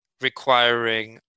requiring